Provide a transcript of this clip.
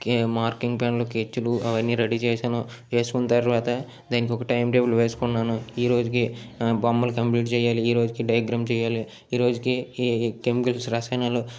కి మార్కింగ్ పెన్నులు స్కెచులు అవన్ని రెడీ చేశాను చేసుకున్న తర్వాత దీనికి ఒక టైం టేబుల్ వేసుకున్నాను ఈ రోజుకి బొమ్మలు కంప్లీట్ చేయాలి ఈ రోజుకి డయగ్రామ్ చేయాలి ఈ రోజుకి ఈ కెమికల్స్ రసాయనాలు